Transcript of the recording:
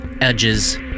edges